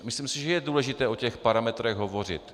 Myslím si, že je důležité o těch parametrech hovořit.